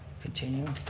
continue.